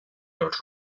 els